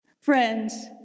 Friends